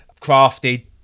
crafted